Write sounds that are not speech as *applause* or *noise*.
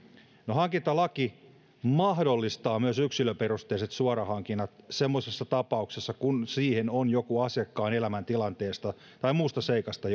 hankintalaki mahdollistaa myös yksilöperusteiset suorahankinnat semmoisissa tapauksissa kun siihen on joku asiakkaan elämäntilanteesta tai muusta seikasta *unintelligible*